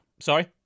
Sorry